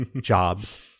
jobs